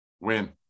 win